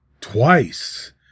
twice